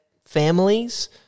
families